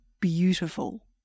beautiful